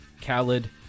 Khaled